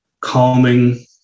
calming